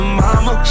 mama